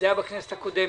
זה היה בכנסת הקודמת.